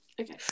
Okay